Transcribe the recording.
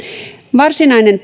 varsinainen